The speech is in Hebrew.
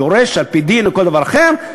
הוא יורש על-פי דין או כל דבר אחר,